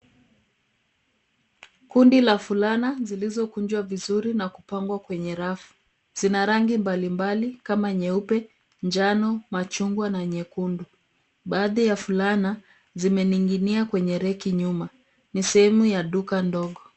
Kundi za fulana zilizokunjwa vizuri na kupangwa kwenye rafu. Zina rangi mbalimbali kama nyeupe, njano, machungwa na nyekundu. Baadhi ya fulana zimening'inia kwenye reki nyuma. Ni sehemu ya duka ndogo.